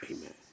Amen